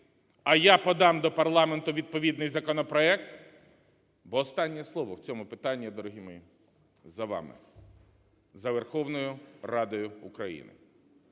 а я подам до парламенту відповідний законопроект, бо останнє слово в цьому питанні, дорогі мої, за вами, за Верховною Радою України.